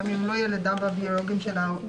גם אם הם לא ילדיו הביולוגיים של העובד,